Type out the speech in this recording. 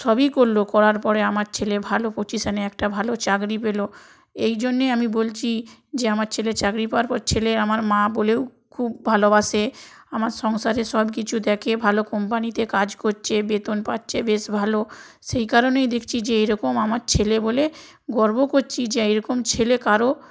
সবই করলো করার পরে আমার ছেলে ভালো পজিশনে একটা ভালো চাকরি পেলো এই জন্যেই আমি বলছি যে আমার ছেলে চাকরি পাওয়ার পর ছেলে আমার মা বলেও খুব ভালোবাসে আমার সংসারে সব গিছু দেখে ভালো কোম্পানিতে কাজ করছে বেতন পাচ্ছে বেশ ভালো সেই কারণেই দেখছি যে এরকম আমার ছেলে বলে গর্ব করছি যে এই রকম ছেলে কারও